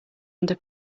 under